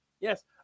Yes